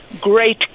great